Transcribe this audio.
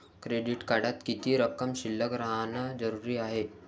Credit कार्डात किती रक्कम शिल्लक राहानं जरुरी हाय?